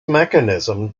mechanism